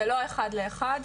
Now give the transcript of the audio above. זה לא אחד לאחד,